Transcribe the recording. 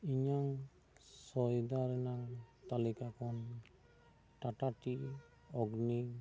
ᱤᱧᱟᱹᱜ ᱥᱚᱫᱟᱭ ᱨᱮᱱᱟᱜ ᱛᱟᱹᱞᱤᱠᱟ ᱠᱷᱚᱱ ᱴᱟᱴᱟ ᱴᱤ ᱚᱜᱱᱤ